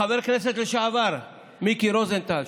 לחבר הכנסת לשעבר מיקי רוזנטל,